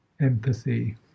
empathy